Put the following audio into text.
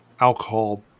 alcohol